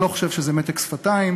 ואני לא חושב שזה מתק שפתיים,